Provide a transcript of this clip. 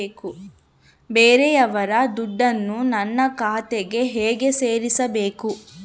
ಬೇರೆಯವರ ದುಡ್ಡನ್ನು ನನ್ನ ಖಾತೆಗೆ ಹೇಗೆ ಸೇರಿಸಬೇಕು?